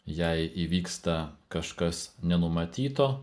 jei įvyksta kažkas nenumatyto